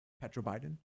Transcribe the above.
Petro-Biden